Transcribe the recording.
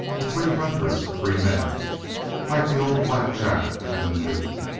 a free country for free men like the old black jack and the new.